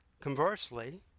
Conversely